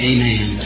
Amen